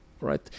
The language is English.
right